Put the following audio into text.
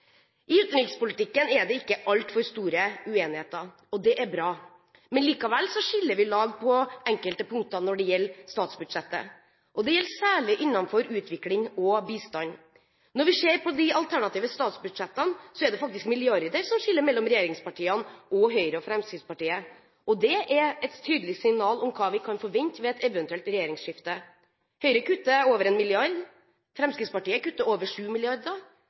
I utenrikspolitikken er det ikke altfor store uenigheter, og det er bra. Likevel skiller vi lag på enkelte punkter når det gjelder statsbudsjettet. Det gjelder særlig innenfor utvikling og bistand. Når vi ser på de alternative statsbudsjettene, er det faktisk milliarder som skiller mellom regjeringspartiene og Høyre og Fremskrittspartiet. Det er et tydelig signal om hva vi kan forvente ved et eventuelt regjeringsskifte. Høyre kutter over 1 mrd. kr, Fremskrittspartiet kutter over